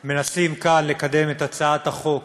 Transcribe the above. אנחנו מנסים כאן לקדם את הצעת החוק